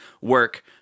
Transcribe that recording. work